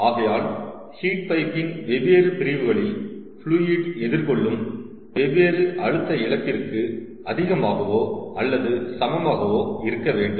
ஆகையால் ஹீட் பைப்பின் வெவ்வேறு பிரிவுகளில் ஃப்ளுயிட் எதிர்கொள்ளும் வெவ்வேறு அழுத்த இழப்பிற்கு அதிகமாகவோ அல்லது சமமாகவோ இருக்க வேண்டும்